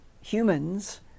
humans